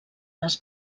les